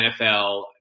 NFL